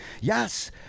yes